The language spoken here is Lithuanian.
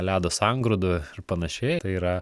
ledo sangrūdų ir panašiai tai yra